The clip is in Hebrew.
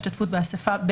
השתתפות באספה,